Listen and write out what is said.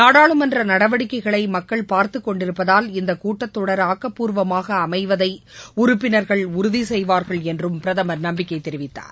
நாடாளுமன்ற நடவடிக்கைகளை மக்கள் பார்த்துக் கொண்டிருப்பதால் இந்த கூட்டத் தொடர் ஆக்கப்பூர்வமாக அமைவதை உறுப்பினர்கள் உறுதி செய்வார்கள் என்றும் பிரதமர் நம்பிக்கை தெரிவித்தார்